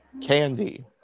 Candy